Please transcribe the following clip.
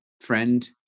friend